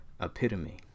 epitome